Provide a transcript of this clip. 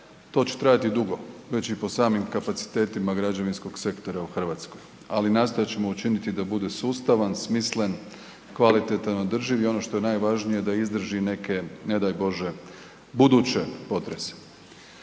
to će trajati dugo, već i po samim kapacitetima građevinskog sektora u Hrvatskoj, ali nastojat ćemo učiniti da bude sustavan, smislen, kvalitetan i održiv i ono što je najvažnije da izdrži neke ne daj Bože buduće potrese.